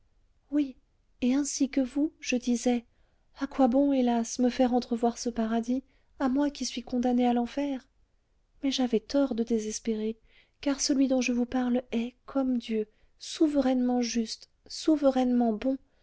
oui et ainsi que vous je disais à quoi bon hélas me faire entrevoir ce paradis à moi qui suis condamnée à l'enfer mais j'avais tort de désespérer car celui dont je vous parle est comme dieu souverainement juste souverainement bon